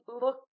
look